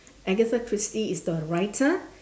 agatha christie is the writer